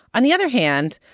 on the other hand,